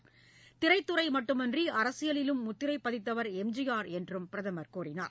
வருவதாக திரைத்துறை மட்டுமின்றி அரசியலிலும் முத்திரைப் பதித்தவர் எம்ஜிஆர் என்றும் பிரதமர் கூறினார்